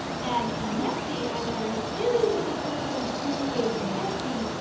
and a messie, i learned, isn't just a person who is messy,